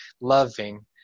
loving